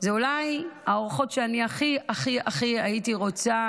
אלו אולי האורחות שאני הכי הכי הייתי רוצה